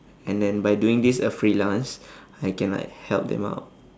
and then by doing this a freelance I can like help them out